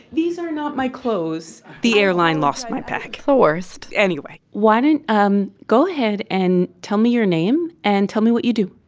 these are not my clothes the airline lost my pack the worst anyway why don't um go ahead and tell me your name, and tell me what you do